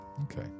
Okay